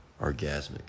Orgasmic